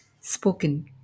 Spoken